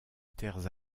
terres